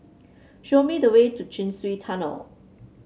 show me the way to Chin Swee Tunnel